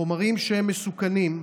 חומרים שהם מסוכנים,